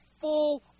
full